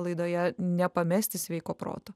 laidoje nepamesti sveiko proto